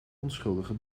onschuldige